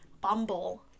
Bumble